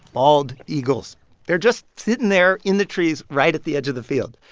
bald eagles they're just sitting there in the trees right at the edge of the field.